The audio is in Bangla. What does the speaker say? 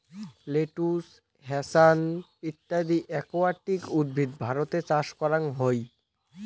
লেটুস, হ্যাসান্থ ইত্যদি একুয়াটিক উদ্ভিদ ভারতে চাষ করাং হই